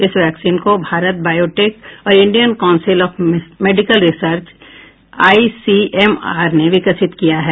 इस वैक्सीन को भारत बायोटेक और Indian Council of Medical Research ICMR ने विकसित किया है